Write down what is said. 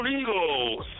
Eagles